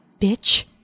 bitch